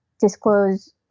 Disclose